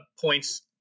points